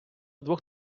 двох